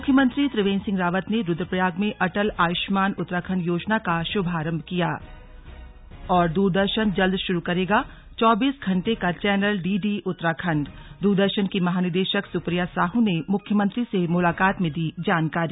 मुख्यमंत्री त्रिवेंद्र सिंह रावत ने रुद्रप्रयाग में अटल आयुष्मान उत्तराखंड योजना का शुभारंभ किया दूरदर्शन जल्द शुरू करेगा चौबीस घंटे का चैनल डीडी उत्तराखंड दूरदर्शन की महानिदेशक सुप्रिया साहू ने मुख्यमंत्री से मुलाकात में दी जानकारी